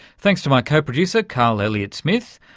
thanks to my co-producer carl elliott smith.